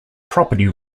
property